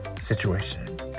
situation